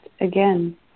again